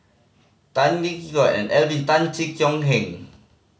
Tan Tee Yoke Alvin Tan Cheong Kheng